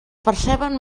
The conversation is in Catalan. perceben